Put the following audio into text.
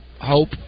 hope